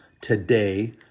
today